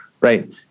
right